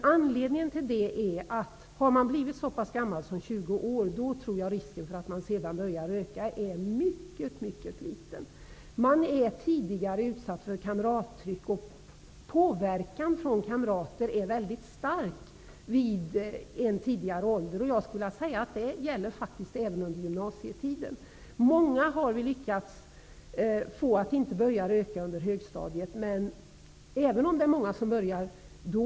Risken för att man börjar röka när man har blivit så gammal som 20 år är ytterst liten. Tidigare är man utsatt för kamrattryck, och påverkan från kamrater är väldigt stark vid en tidigare ålder. Detta gäller även för ungdomar under gymnasietiden. Många har vi lyckats få att inte börja röka under högstadietiden, även om det är många som också börjar då.